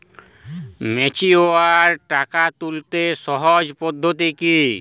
Mature টাকা তুলতে সহজ পদ্ধতি কি?